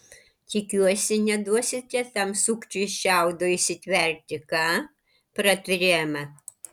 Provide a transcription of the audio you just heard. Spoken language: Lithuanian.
tikiuosi neduosite tam sukčiui šiaudo įsitverti ką pratarė ema